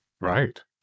Right